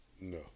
No